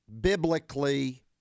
biblically